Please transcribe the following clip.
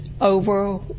over